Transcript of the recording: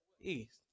East